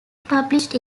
published